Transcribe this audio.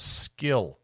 skill